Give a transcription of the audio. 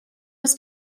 was